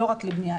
לא רק לבנייה.